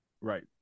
Right